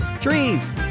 trees